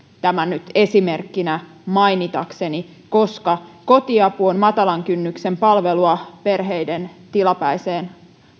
tämän nyt esimerkkinä mainitakseni koska kotiapu on matalan kynnyksen palvelua perheiden tilapäiseen